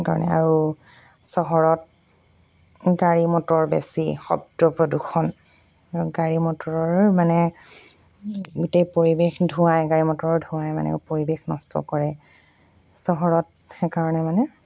সেইকাৰণে আৰু চহৰত গাড়ী মটৰ বেছি শব্দ প্ৰদূষণ গাড়ী মটৰৰ মানে গোটেই পৰিৱেশ ধুৱাই গাড়ী মটৰৰ ধোঁৱাই মানে পৰিৱেশ নষ্ট কৰে চহৰত সেইকাৰণে মানে